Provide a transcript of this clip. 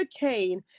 McCain